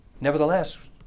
Nevertheless